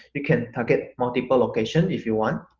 you can target multiple location if you want